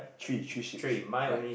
three three sheep's ya